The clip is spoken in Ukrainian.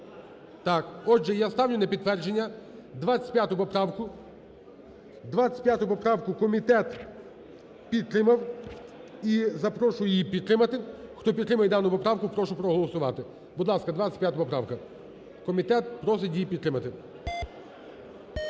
Так. Отже, я ставлю на підтвердження 25 поправку. 25 поправку комітет підтримав. І запрошую її підтримати. Хто підтримує дану поправку, прошу проголосувати. Будь ласка, 25 поправка. Комітет просить її підтримати.